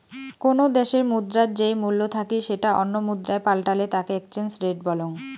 কোনো দ্যাশের মুদ্রার যেই মূল্য থাকি সেটা অন্য মুদ্রায় পাল্টালে তাকে এক্সচেঞ্জ রেট বলং